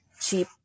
cheap